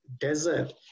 desert